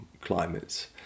climates